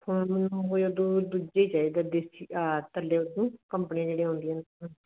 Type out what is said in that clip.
ਫਿਰ ਮੈਨੂੰ ਉਹ ਦੋ ਦੂਜੇ ਹੀ ਚਾਹੀਦੇ ਦੇਸੀ ਆ ਥੱਲੇ ਜੋ ਕੰਪਨੀਆਂ ਜਿਹੜੀਆਂ ਹੁੰਦੀਆਂ ਨੇ